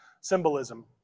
symbolism